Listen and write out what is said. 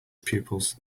pupils